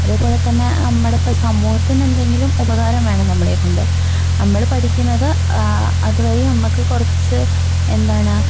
അതേപോലെതന്നെ നമ്മുടെ ഇപ്പം സമൂഹത്തിൽ നിന്ന് എന്തെങ്കിലും ഉപകാരം വേണം നമ്മളെക്കൊണ്ട് നമ്മള് പഠിക്കുന്നത് അതുവഴി നമുക്ക് കുറച്ച് എന്താണ്